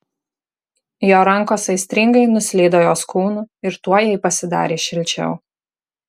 jo rankos aistringai nuslydo jos kūnu ir tuoj jai pasidarė šilčiau